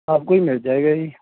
ਸਭ ਕੁਛ ਮਿਲ ਜਾਏਗਾ ਜੀ